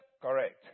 Correct